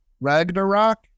Ragnarok